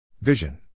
Vision